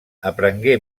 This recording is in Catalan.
aprengué